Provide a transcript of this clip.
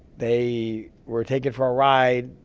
they were taken for a ride.